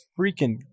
freaking